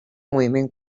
moviment